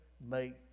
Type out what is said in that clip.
make